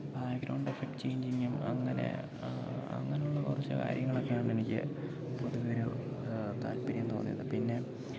back ground effect ചേഞ്ചിങ്ങും അങ്ങനെ അങ്ങനെയുള്ള കുറച്ച് കാര്യങ്ങളൊക്കെയാണെനിക്ക് പൊതുവെയൊരു താൽപര്യം തോന്നിയത് പിന്നെ